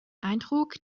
eindruck